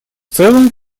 целом